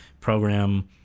program